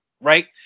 right